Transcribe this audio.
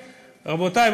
רבותי,